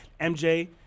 MJ